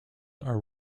are